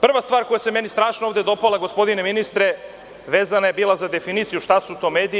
Prva stvar koja se meni strašno ovde dopala gospodine ministre vezana je bila za definiciju šta su to mediji.